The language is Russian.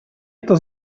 это